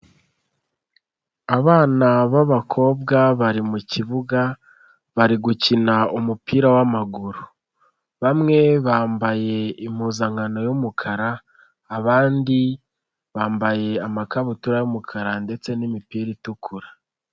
Abana b'abakobwa bari mu kibuga bari gukina umupira w'amaguru, bamwe bambaye impuzankano y'umukara, abandi bambaye amakabutura y'umukara ndetse n'imipira itukura.